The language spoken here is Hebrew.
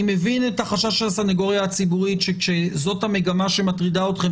אני מבין את החשש של הסנגוריה הציבורית שכשזאת המגמה שמטרידה אתכם,